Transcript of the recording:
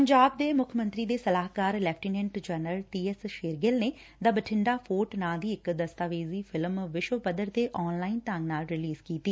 ਪੰਜਾਬ ਦੇ ਮੁੱਖ ਮੰਤਰੀ ਦੇ ਸਲਾਹਕਾਰ ਲੈਫਟੀਨੈਂਟ ਜਨਰਲ ਟੀਐਸ ਸ਼ੇਰਗਿੱਲ ਨੇ ਦਾ ਬਠੰਡਾ ਫੋਰਟ ਨਾਂ ਦੀ ਇੱਕ ਦਸਤਾਵੇਜ਼ੀ ਫਿਲਮ ਵਿਸ਼ਵ ਪੱਧਰ ਤੇ ਆਨਲਾਈਨ ਢੰਗ ਨਾਲ ਰਿਲੀਜ਼ ਕੀਤੀ